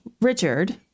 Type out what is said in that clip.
Richard